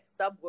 subwoofer